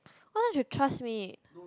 why don't you trust me